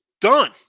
Done